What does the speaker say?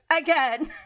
again